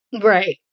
Right